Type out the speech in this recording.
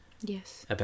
Yes